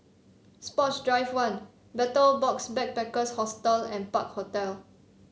Sports Drive One Betel Box Backpackers Hostel and Park Hotel